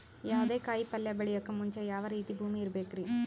ಯಾವುದೇ ಕಾಯಿ ಪಲ್ಯ ಬೆಳೆಯೋಕ್ ಮುಂಚೆ ಯಾವ ರೀತಿ ಭೂಮಿ ಇರಬೇಕ್ರಿ?